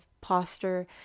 posture